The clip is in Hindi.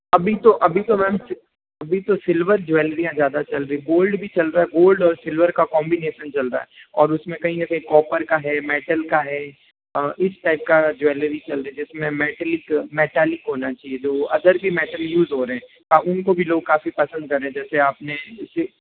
अभी तो अभी तो मैम अभी तो सिल्वर ज्वेलरीयाँ ज़्यादा चल रही गोल्ड भी चल रहा है गोल्ड और सिल्वर का कॉम्बिनेशन चल रहा है और उसमें कई जगह कॉपर का है मेटल का है इस टाइप का ज्वेलरी चल रहा है जिसमें मेटैलिक मेटालिक होना चाहिए जो अंदर के मेटल यूज़ हो रहे हैं उनको भी लोग काफ़ी पसंद कर रहे है जैसे आपने इसे